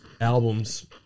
albums